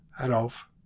Adolf